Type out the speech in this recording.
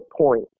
Point